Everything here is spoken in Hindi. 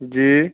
जी